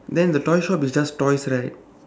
then the toys shop is just toys right